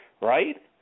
right